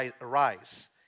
arise